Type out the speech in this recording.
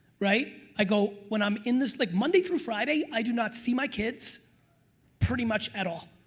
right? i go when i'm in this like monday through friday i do not see my kids pretty much at all,